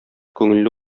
күңелле